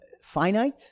finite